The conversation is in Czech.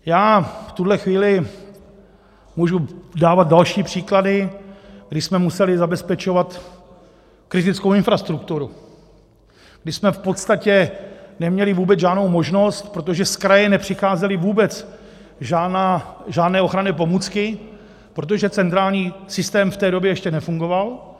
Já v tuhle chvíli můžu dávat další příklad, kdy jsme museli zabezpečovat kritickou infrastrukturu, kdy jsme v podstatě neměli vůbec žádnou možnost, protože z kraje nepřicházely vůbec žádné ochranné pomůcky, protože centrální systém v té době ještě nefungoval.